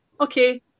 okay